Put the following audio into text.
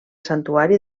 santuari